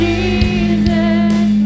Jesus